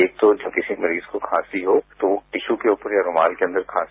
एक तो किसी मरीज को खांसी हो तो टिशू के ऊपर या रूमाल के अंदर खांसे